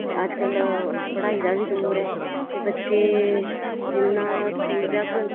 ते अजकल्ल पढ़ाई दा बी दौर ऐ ते बच्चे जिन्ना स्कूल जाङन